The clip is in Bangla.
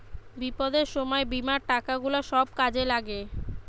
বিপদের সময় বীমার টাকা গুলা সব কাজে লাগে